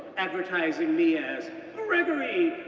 advertising me as gregory,